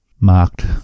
marked